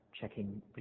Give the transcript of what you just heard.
checking